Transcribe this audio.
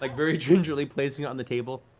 like very gingerly placing it on the table.